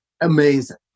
amazing